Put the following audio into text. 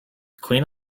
queen